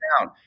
down